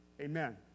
Amen